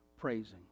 praising